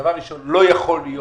דבר ראשון, לא יכול להיות